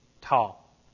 tall